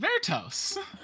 Vertos